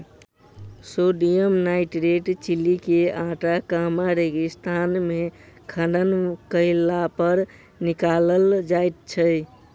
sodium nitrate Chile के Atacama रेगिस्तान मे खनन कयलापर निकालल जाइत छै